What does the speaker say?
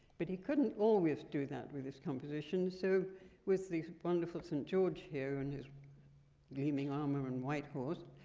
but he couldn't always do that with this composition, so with this wonderful st. george here, and his gleaming armor and white horse,